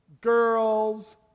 girls